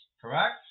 correct